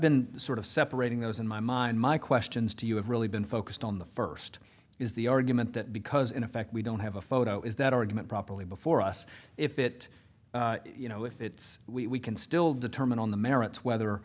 been sort of separating those in my mind my questions to you have really been focused on the first is the argument that because in effect we don't have a photo is that argument properly before us if it you know if it's we can still determine on the merits whether